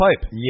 pipe